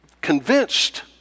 Convinced